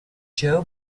joe